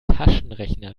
taschenrechner